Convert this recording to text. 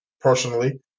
personally